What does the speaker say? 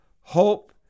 hope